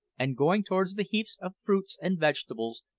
and going towards the heap of fruits and vegetables,